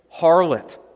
harlot